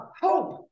hope